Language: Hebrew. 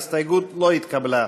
ההסתייגות לא התקבלה.